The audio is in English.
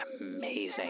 Amazing